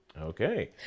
okay